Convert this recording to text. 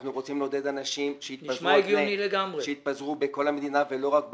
אנחנו רוצים לעודד אנשים שיתפזרו בכל המדינה ולא רק במטרופולין.